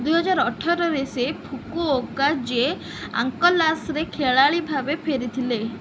ଦୁଇହଜାର ଅଠରରେ ସେ ଫୁକୁଓକା ଜେ ଆଙ୍କଲାସରେ ଖେଳାଳି ଭାବେ ଫେରିଥିଲେ